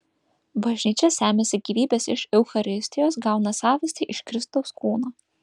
bažnyčia semiasi gyvybės iš eucharistijos gauną savastį iš kristaus kūno